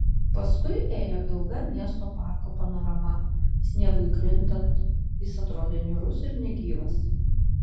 paskui ėjo ilga miesto parko panorama sniegui krintant jis atrodė niūrus ir negyvas